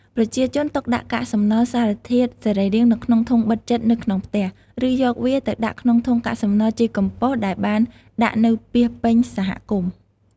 ប្រជាជនទុកដាក់កាកសំណល់សារធាតុសរីរាង្គនៅក្នុងធុងបិទជិតនៅក្នុងផ្ទះ ឬយកវាទៅដាក់ក្នុងធុងកាកសំណល់ជីកំប៉ុសដែលបានដាក់នៅពាសពេញសហគមន៍។